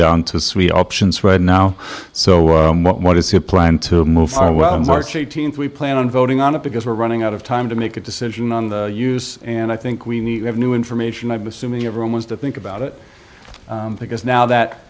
down to sweet options right now so what is your plan to move on well march eighteenth we plan on voting on it because we're running out of time to make a decision on the use and i think we need to have new information i was assuming everyone wants to think about it because now that